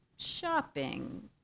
shopping